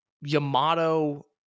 yamato